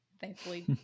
thankfully